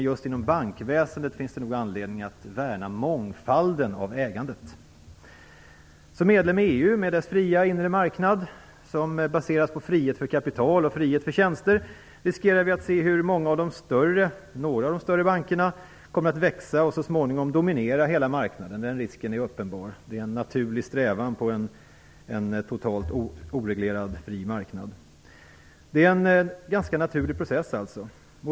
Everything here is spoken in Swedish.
Just inom bankväsendet finns det nog anledning att värna mångfalden i ägandet. Som medlem i EU med dess fria inre marknad som baseras på frihet för kapital och frihet för tjänster riskerar vi att se hur några av de större bankerna kommer att växa och så småningom dominera hela marknaden. Den risken är uppenbar. Det är en naturlig strävan på en totalt oreglerad fri marknad. Det är en ganska naturlig process.